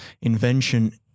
invention